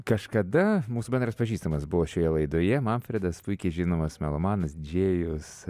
kažkada mūsų bendras pažįstamas buvo šioje laidoje manfredas puikiai žinomas melomanas didžėjus